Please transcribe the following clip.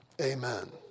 Amen